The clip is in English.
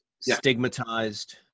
stigmatized